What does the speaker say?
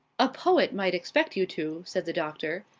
a poet might expect you to, said the doctor.